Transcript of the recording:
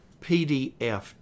PDF